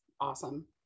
awesome